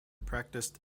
practised